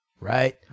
right